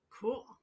Cool